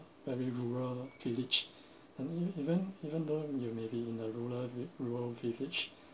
very rural village then even even though you may be in a rural rural village